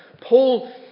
Paul